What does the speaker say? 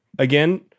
Again